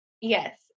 yes